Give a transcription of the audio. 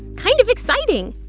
kind of exciting.